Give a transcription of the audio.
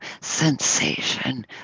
sensation